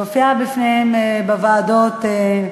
להופיע בפניהם בוועדות.